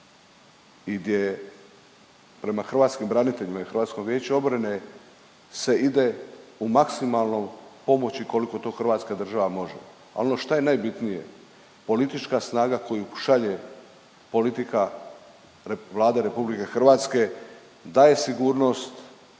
i gdje je prema hrvatskim braniteljima i Hrvatskom vijeću obrane se ide u maksimalnoj pomoći koliko to Hrvatska država može. A ono što je najbitnije politička snaga koju šalje politika Vlade Republike Hrvatske daje sigurnost